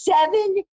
seven